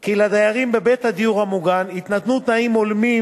כי לדיירים בבית הדיור המוגן יינתנו תנאים הולמים,